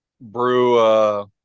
brew